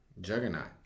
Juggernaut